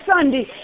Sunday